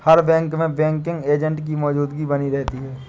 हर bank में banking agent की मौजूदगी बनी रहती है